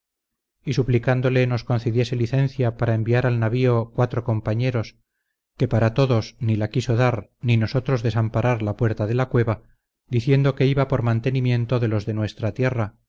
y suplicándole nos concediese licencia para enviar al navío cuatro compañeros que para todos ni la quiso dar ni nosotros desamparar la puerta de la cueva diciendo que iba por mantenimiento de los de nuestra tierra